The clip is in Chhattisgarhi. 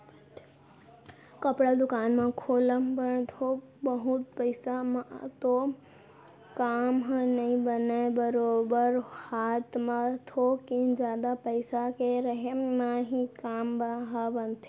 कपड़ा दुकान ह खोलब बर थोक बहुत पइसा म तो काम ह नइ बनय बरोबर हात म थोकिन जादा पइसा के रेहे म ही काम ह बनथे